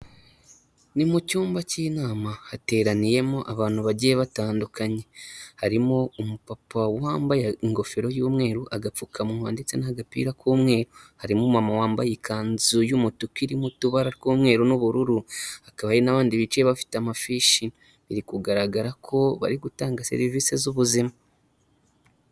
Ni mu cyumba k'inama, hateraniyemo abantu bagiye batandukanye, harimo umupapa wambaye ingofero y'umweru, agapfukamunwa ndetse n'agapira k'umweru, harimo umumama wambaye ikanzu y'umutuku irimo utubara tw'umweru n'ubururu, hakaba n'abandi bicaye bafite amafishi, biri kugaragara ko bari gutanga serivisi z'ubuzima.